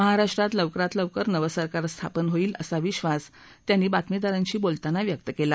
महाराष्ट्रात लवकरात लवकर नवं सरकार स्थापन होईल असा विश्वास त्यांनी बातमीदारांशी बोलताना व्यक्त केला